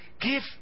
Give